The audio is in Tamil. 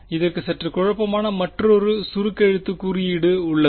இதற்கு சற்று குழப்பமான மற்றொரு சுருக்கெழுத்து குறியீடு உள்ளது